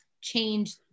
change